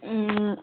ꯎꯝ